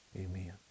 Amen